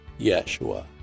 Yeshua